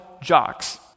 jocks